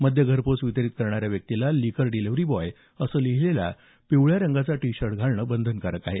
मद्य घरपोहोच वितरित करणाऱ्या व्यक्तीला लिकर डिलिव्हरी बॉय असं लिहिलेला पिवळ्या रंगाचा टी शर्ट घालावा लागणार आहे